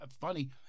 funny